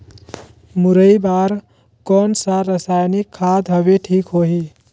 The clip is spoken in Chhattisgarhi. मुरई बार कोन सा रसायनिक खाद हवे ठीक होही?